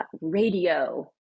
radio